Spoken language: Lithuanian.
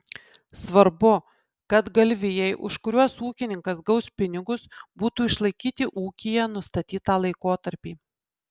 svarbu kad galvijai už kuriuos ūkininkas gaus pinigus būtų išlaikyti ūkyje nustatytą laikotarpį